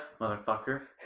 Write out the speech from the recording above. motherfucker